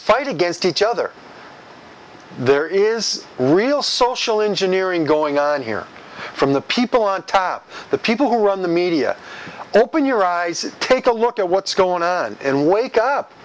fight against each other there is real social engineering going on here from the people on top the people who run the media and open your eyes take a look at what's going on in wake up